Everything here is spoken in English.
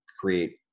create